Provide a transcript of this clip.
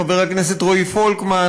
חבר הכנסת רועי פולקמן,